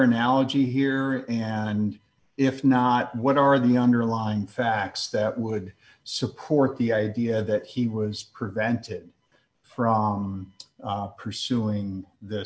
analogy here and if not what are the underlying facts that would support the idea that he was prevented from pursuing th